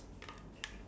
ya